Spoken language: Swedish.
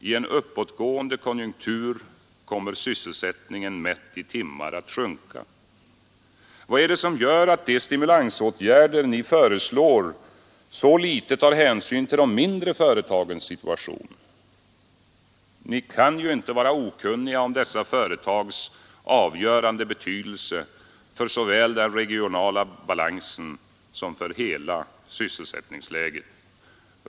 I en uppåtgående konjunktur kommer ju sysselsättningen mätt i timmar att sjunka. Vad är det som gör att de stimulansåtgärder ni föreslår så litet tar hänsyn till de mindre företagens situation? Ni kan ju inte vara okunniga om dessa företags avgörande betydelse såväl för den regionala balansen som för hela sysselsättningsläget.